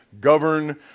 govern